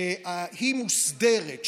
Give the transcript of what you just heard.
שהיא מוסדרת,